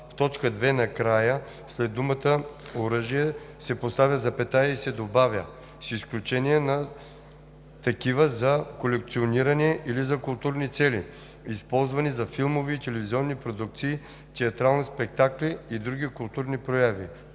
в т. 2 накрая след думата „оръжия“ се поставя запетая и се добавя „с изключение на такива за колекциониране или за културни цели, използвани за филмови и телевизионни продукции, театрални спектакли и други културни прояви“.